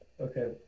Okay